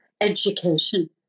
education